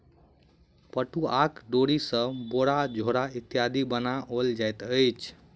पटुआक डोरी सॅ बोरा झोरा इत्यादि बनाओल जाइत अछि